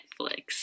Netflix